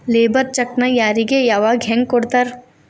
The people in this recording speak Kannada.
ಲೇಬರ್ ಚೆಕ್ಕ್ನ್ ಯಾರಿಗೆ ಯಾವಗ ಹೆಂಗ್ ಕೊಡ್ತಾರ?